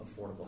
affordable